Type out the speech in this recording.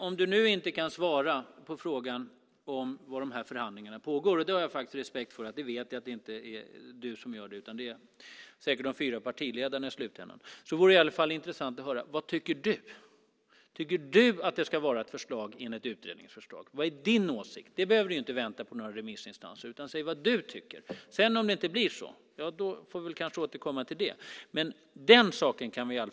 Om du nu inte kan svara på frågan om de här förhandlingarna pågår - jag vet att det inte är du som förhandlar utan de fyra partiledarna i slutändan - vore det i alla fall intressant att höra vad du tycker. Tycker du att det ska vara ett förslag enligt utredningens förslag? Vad är din åsikt? Du behöver inte vänta på några remissinstanser utan kan säga vad du tycker. Om det sedan inte blir så får vi kanske återkomma till det.